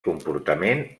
comportament